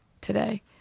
today